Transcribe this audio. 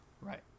Right